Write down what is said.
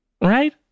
Right